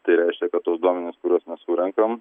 tai reiškia kad tuos duomenis kuriuos mes surenkam